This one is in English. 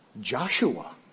Joshua